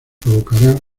provocará